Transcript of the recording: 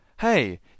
Hey